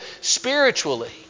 spiritually